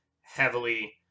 heavily